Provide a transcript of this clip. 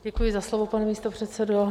Děkuji za slovo, pane místopředsedo.